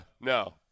no